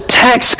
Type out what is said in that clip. tax